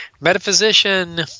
metaphysician